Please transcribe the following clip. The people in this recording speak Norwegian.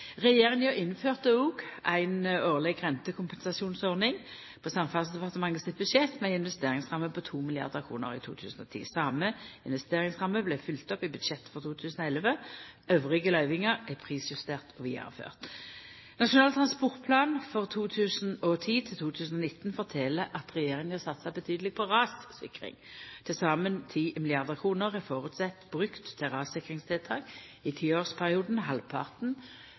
Regjeringa innførte òg ei årleg rentekompensasjonsordning på Samferdselsdepartementet sitt budsjett med ei investeringsramme på 2 mrd. kr i 2010. Same investeringsramme vart følgt opp i budsjettet for 2011. Dei andre løyvingane er prisjusterte og vidareførte. Nasjonal transportplan for 2010–2019 fortel at regjeringa satsar betydeleg på rassikring. Til saman 10 mrd. kr er føresett brukte til rassikringstiltak i tiårsperioden – halvparten